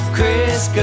Chris